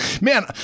Man